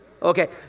Okay